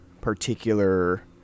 particular